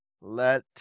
let